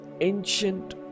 ancient